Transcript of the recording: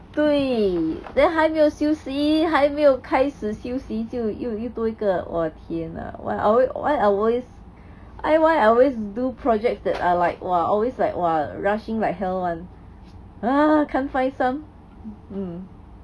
对 then 还没有休息还没有开始休息就又又多一个我的天啊 why alway why I always I why I always do projects that are like !wah! always like !wah! rushing like hell [one] can't find some mm